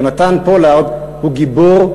יהונתן פולארד הוא גיבור,